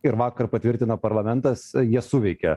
ir vakar patvirtino parlamentas jie suveikė